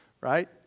right